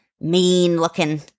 Mean-looking